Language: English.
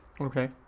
okay